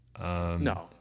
No